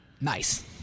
Nice